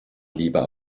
lieber